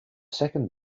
second